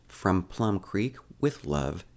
fromplumcreekwithlove